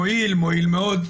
מועיל, מועיל מאוד.